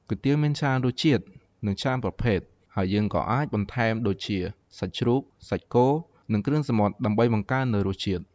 គុយទាវមានច្រើនរសជាតិ និងច្រើនប្រភេទ ហើយយើងក៏អាចដាក់បន្ថែមដូចជា សាច់ជ្រូក សាច់គោ និងគ្រឿងសមុទ្រដើម្បីបង្កើននៅរសជាតិ។